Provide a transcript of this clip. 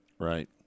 Right